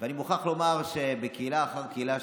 ואני מוכרח לומר שקהילה אחר קהילה,